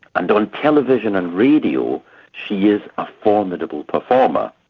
and on television and radio she is a formidable performer.